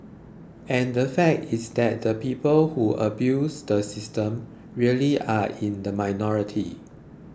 and the fact is that the people who abuse the system really are in the minority